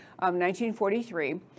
1943